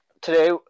Today